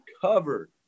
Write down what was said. covered